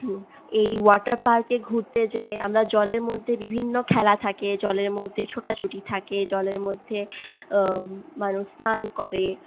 এই ওয়াটার পার্কে ঘুরতে যেয়ে আমার জলের মধ্যে বিভিন্ন খেলা থাকে জলের মধ্যে ছোটাছুটি থাকে জলের মধ্য মানুষ স্নান করে